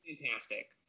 fantastic